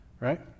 right